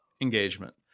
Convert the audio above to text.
engagement